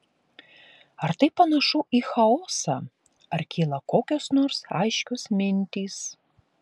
ar tai panašu į chaosą ar kyla kokios nors aiškios mintys